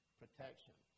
protection